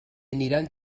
aniran